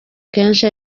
kenshi